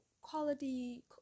quality